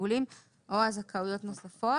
התגמולים או הזכאויות הנוספות".